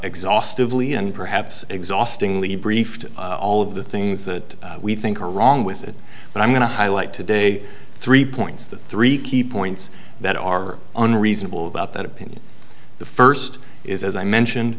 exhaustively and perhaps exhaustingly briefed all of the things that we think are wrong with it but i'm going to highlight today three points the three key points that are unreasonable about that opinion the first is as i mentioned